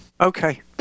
Okay